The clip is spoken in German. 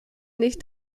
nicht